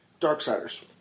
Darksiders